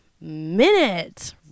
minute